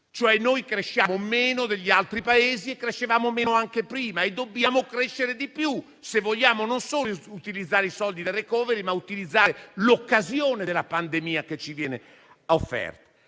per cui cresciamo meno degli altri Paesi, crescevamo meno anche prima e dobbiamo crescere di più, se vogliamo non solo utilizzare i soldi del *recovery* *plan*, ma utilizzare l'occasione che dalla pandemia ci viene offerta.